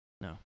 No